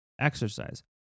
Exercise